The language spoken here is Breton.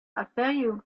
aferioù